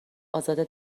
ازاده